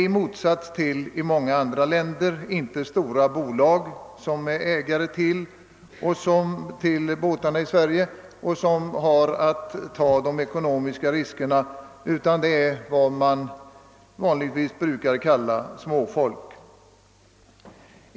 I motsats till vad som är fallet i många andra länder är det här inte stora bolag som äger båtarna; de ekonomiska riskerna får tas av vad vi vanligtvis kallar småfolk.